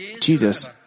Jesus